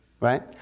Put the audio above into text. right